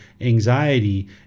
anxiety